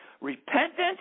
Repentance